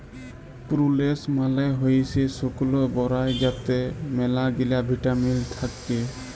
প্রুলেস মালে হইসে শুকল বরাই যাতে ম্যালাগিলা ভিটামিল থাক্যে